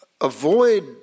Avoid